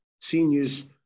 seniors